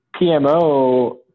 PMO